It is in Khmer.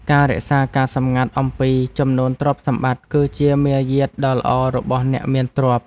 ការរក្សាការសម្ងាត់អំពីចំនួនទ្រព្យសម្បត្តិ គឺជាមារយាទដ៏ល្អរបស់អ្នកមានទ្រព្យ។